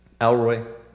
Alroy